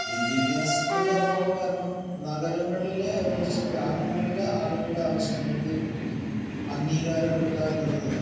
വിദ്യാഭ്യാസത്തിൻ്റെ അഭാവം കാരണം നഗരങ്ങളിലെ അപേക്ഷിച്ച് ഗ്രാമങ്ങളിലെ ആളുകളുടെ ആവശ്യങ്ങൾക്ക് അംഗീകാരം കിട്ടുക എന്നുള്ളത്